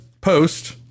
post